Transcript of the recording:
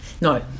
No